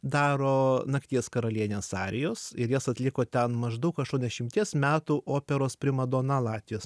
daro nakties karalienės arijos ir jas atliko ten maždaug aštuoniašimties metų operos primadona latvijos